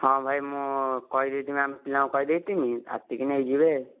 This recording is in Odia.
ହଁ ଭାଇ ମୁଁ କହିଦେଇଥିମି ଆମ ପିଲାଙ୍କୁ କହିଦେଇଥିମି ଆସିକି ନେଇଯିବେ